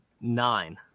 Nine